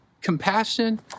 compassion